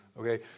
Okay